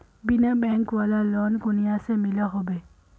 बिना बैंक वाला लोन कुनियाँ से मिलोहो होबे?